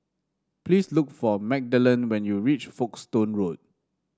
please look for Magdalen when you reach Folkestone Road